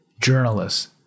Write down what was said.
journalists